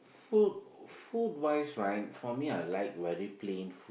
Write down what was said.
food food wise right for me I will like very plain